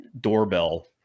doorbell